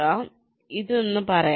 നമുക്ക് ഇതൊന്ന് പറയാം